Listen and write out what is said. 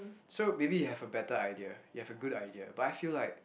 so maybe you have a better idea you have a good idea but I feel like